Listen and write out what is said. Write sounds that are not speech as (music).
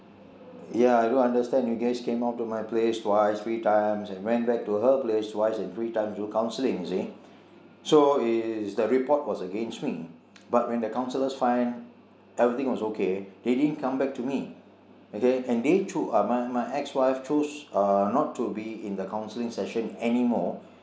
ya I do understand you guys came up to my place twice three times and went back to her place twice and three times to do counselling you see (breath) so it's the report was against me but when the counsellors find everything was okay they didn't come back to me okay and they choose uh my my ex wife choose not to be in the counselling session anymore